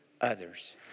others